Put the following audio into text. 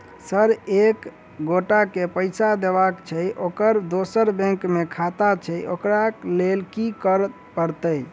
Sir एक एगोटा केँ पैसा देबाक छैय ओकर दोसर बैंक मे खाता छैय ओकरा लैल की करपरतैय?